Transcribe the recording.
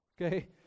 okay